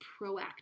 proactive